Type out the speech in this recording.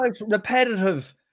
repetitive